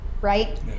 right